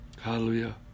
Hallelujah